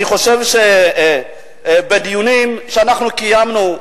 אני חושב שבדיונים שאנחנו קיימנו,